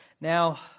Now